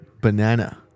banana